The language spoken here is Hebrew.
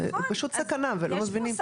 זו פשוט סכנה ולא מבינים.